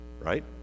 Right